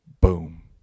boom